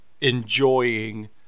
enjoying